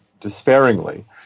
despairingly